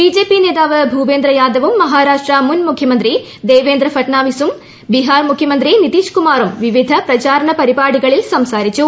BJP നേതാവ് ഭൂപേന്ദ്ര യാദവും മഹാരാഷ്ട്ര മുൻ മുഖ്യമന്ത്രി ദേവേന്ദ്ര ഫട്നാവിസും ബിഹാർ മുഖ്യമന്ത്രി നിതീഷ് കുമാറും വിവിധ പ്രചാരണ പരിപാടികളിൽ സംസാരിച്ചു